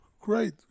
great